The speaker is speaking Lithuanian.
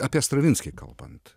apie stravinskį kalbant